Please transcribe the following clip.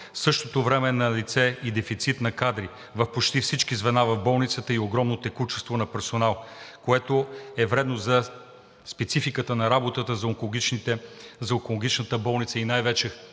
същото време е налице и дефицит на кадри в почти всички звена на болницата и огромно текучество на персонала, което е вредно за спецификата на работата за онкологичната болница и най-вече